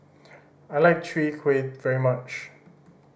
I like Chwee Kueh very much